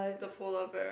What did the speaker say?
the polar bear